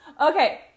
Okay